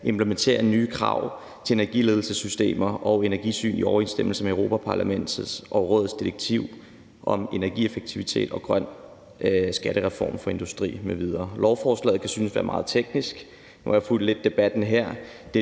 implementere nye krav til energiledelsessystemer og energisyn i overensstemmelse med Europa-Parlamentets og Rådets direktiv om energieffektivitet og en grøn skattereform for industrien m.v. Lovforslaget kan synes at være meget teknisk, og nu har jeg fulgt lidt af debatten her,